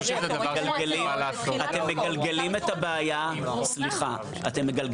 סליחה, אתם מגלגלים את הביעה לבנקים.